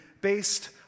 based